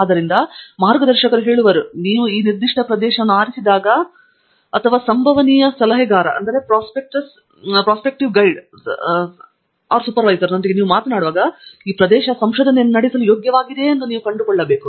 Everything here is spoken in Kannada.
ಆದ್ದರಿಂದ ಇಲ್ಲಿ ಮಾರ್ಗದರ್ಶಕರು ನಿಮಗೆ ಹೇಳುವರು ನೀವು ನಿರ್ದಿಷ್ಟ ಪ್ರದೇಶವನ್ನು ಆರಿಸಿದಾಗ ಮತ್ತು ಸಂಭವನೀಯ ಸಲಹೆಗಾರರೊಂದಿಗೆ ನೀವು ಮಾತನಾಡುವಾಗ ಈ ಪ್ರದೇಶ ಸಂಶೋಧನೆ ನಡೆಸಲು ಯೋಗ್ಯವಾಗಿದೆಯೇ ಎಂದು ನೀವು ಕಂಡುಕೊಳ್ಳಬಹುದು